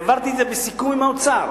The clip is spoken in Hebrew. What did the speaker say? העברתי את זה בסיכום עם האוצר,